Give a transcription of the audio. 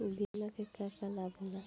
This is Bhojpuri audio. बिमा के का का लाभ होला?